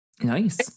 Nice